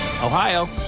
Ohio